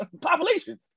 Population